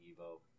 EVO